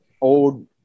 old